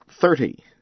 thirty